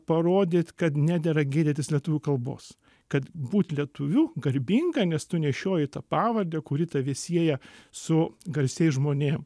parodyt kad nedera gėdytis lietuvių kalbos kad būt lietuviu garbinga nes tu nešioji tą pavardę kuri tave sieja su garsiais žmonėm